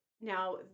now